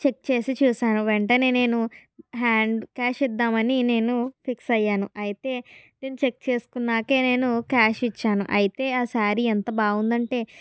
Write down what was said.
check చేసి చూశాను వెంటనే నేను హ్యాండ్ క్యాష్ ఇద్దామని నేను ఫిక్స్ అయ్యాను అయితే నేను చెక్ చేసుకున్నాకే నేను క్యాష్ ఇచ్చాను అయితే ఆ సారీ ఎంత బాగుందంటే